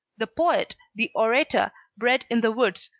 the poet, the orator, bred in the woods,